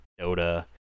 Dota